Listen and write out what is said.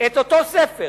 את אותו ספר,